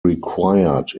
required